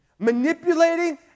Manipulating